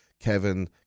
Kevin